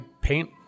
paint